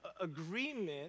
agreement